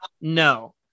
no